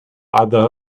other